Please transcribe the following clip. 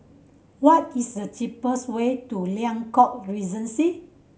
what is the cheapest way to Liang Court Regency